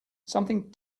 something